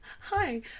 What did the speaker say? Hi